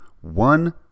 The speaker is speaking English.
one